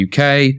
UK